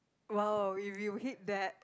!wow! if you hit that